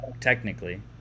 technically